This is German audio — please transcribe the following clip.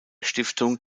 stiftung